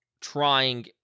trying